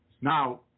Now